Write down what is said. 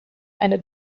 eine